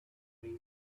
free